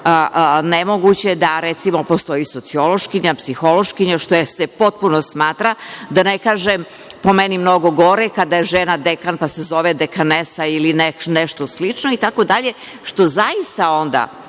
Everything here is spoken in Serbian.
nemoguće da recimo postoji sociološkinja, psihološkinja, što se potpuno smatra, da ne kažem, po meni mnogo gore kada je žena dekan pa se zove dekanesa ili nešto slično itd. što zaista onda